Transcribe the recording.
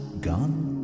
gone